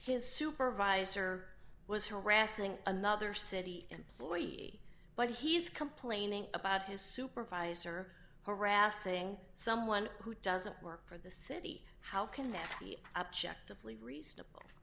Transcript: his supervisor was harassing another city employee but he's complaining about his supervisor harassing someone who doesn't work for the city how can that be objectively reasonable